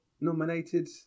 nominated